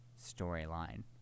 storyline